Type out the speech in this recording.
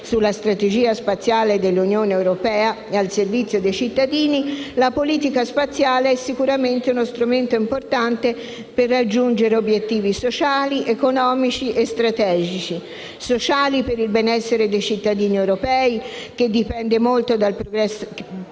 sulla strategia spaziale dell'Unione europea al servizio dei cittadini - la politica spaziale è sicuramente uno strumento importante per raggiungere obiettivi sociali, economici e strategici; sociali, per il benessere dei cittadini europei, che dipende molto dal progresso